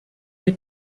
del